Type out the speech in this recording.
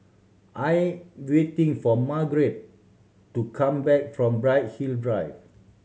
I waiting for Marget to come back from Bright Hill Drive